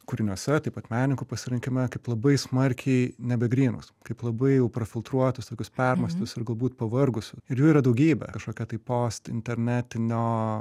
kūriniuose taip pat menininkų pasirinkime kaip labai smarkiai nebegrynus kaip labai jau prafiltruotus tokius permestus ir galbūt pavargusius ir jų yra daugybė kažkokia tai poste internetinio